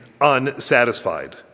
unsatisfied